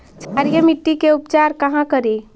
क्षारीय मिट्टी के उपचार कहा करी?